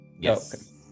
Yes